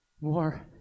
more